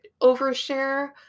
overshare